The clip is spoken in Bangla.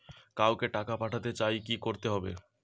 কাউকে টাকা পাঠাতে চাই কি করতে হবে?